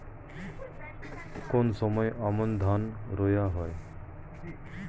কোন সময় আমন ধান রোয়া হয়?